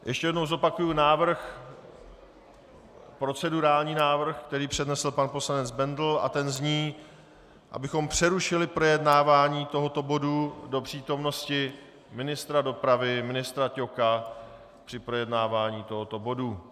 Ještě jednou zopakuji procedurální návrh, který přednesl pan poslanec Bendl, a ten zní, abychom přerušili projednávání tohoto bodu do přítomnosti ministra dopravy Ťoka při projednávání tohoto bodu.